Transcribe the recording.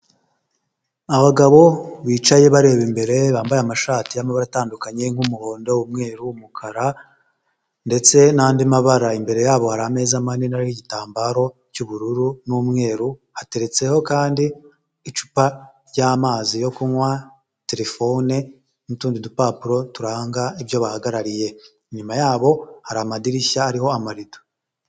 Abagabo bicaye bareba imbere bambaye amashati y'amabara atandukanye nk'umuhondo, umweru, umukara ndetse n'andi mabara, imbere yabo hari ameza manini ariho igitambaro cy'ubururu n'umweru, hateretseho kandi icupa ry'amazi yo kunywa, telefone n'utundi dupapuro turanga ibyo bahagarariye, inyuma yabo hari amadirishya ariho amarido.